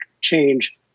change